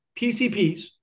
PCPs